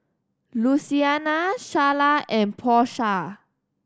Luciana Sharla and Porsha